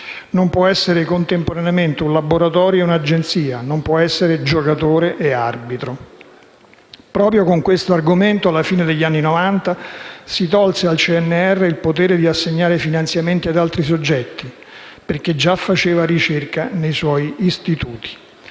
non può essere contemporaneamente un laboratorio e un'agenzia; non può essere giocatore e arbitro. Proprio con questo argomento alla fine degli anni Novanta si tolse al Consiglio nazionale delle ricerche (CNR) il potere di assegnare finanziamenti ad altri soggetti, perché già faceva ricerca nei suoi istituti.